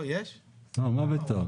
מה פתאום.